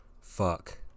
Fuck